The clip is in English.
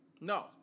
No